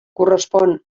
correspon